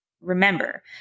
Remember